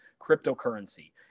cryptocurrency